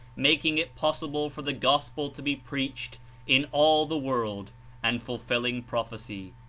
making it possible for the gospel to be preached in all the world and fulfilling prophecy.